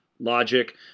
Logic